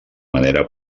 manera